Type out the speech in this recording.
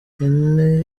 ine